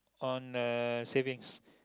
on uh savings